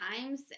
times